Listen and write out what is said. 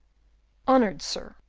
honoured sir,